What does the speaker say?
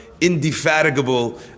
indefatigable